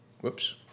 Whoops